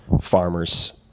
farmers